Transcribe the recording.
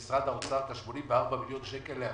להעביר עכשיו 84 מיליון שקלים.